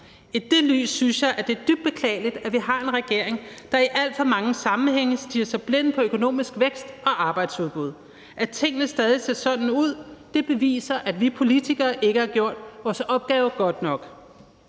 I det lys synes jeg, det er dybt beklageligt, at vi har en regering, der i alt for mange sammenhænge stirrer sig blind på økonomisk vækst og arbejdsudbud. At tingene stadig ser sådan ud, beviser, at vi politikere ikke har gjort vores arbejde godt nok.